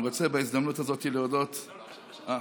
אני רוצה בהזדמנות הזאת להודות, לא, לא עכשיו.